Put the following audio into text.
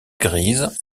grise